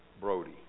Brody